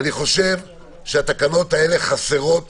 אני חושב שהתקנות האלה חסרות